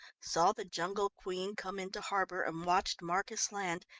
saw the jungle queen come into harbour and watched marcus land,